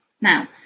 Now